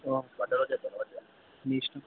మీ ఇష్టం